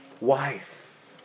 wife